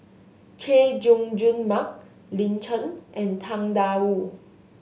Chay Jung Jun Mark Lin Chen and Tang Da Wu